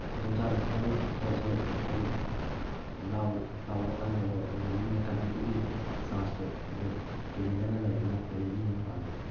ꯈꯨꯗꯣꯡ ꯆꯥꯗꯕ ꯈꯤꯇꯪ ꯊꯣꯛꯑꯁꯨ ꯑꯗꯨꯝ ꯂꯥꯎꯕꯀꯥꯟꯗꯀꯣ ꯍꯥꯏꯗꯤ ꯃꯤꯅ ꯀꯟꯕꯤꯕꯒꯤ ꯆꯥꯡꯁꯇꯣ ꯑꯗꯨ ꯇꯨꯔꯦꯟꯗꯅ ꯂꯩꯕꯅ ꯇꯨꯔꯦꯟꯗꯅ ꯍꯦꯟꯅ ꯄꯥꯝꯃꯤ